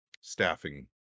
staffing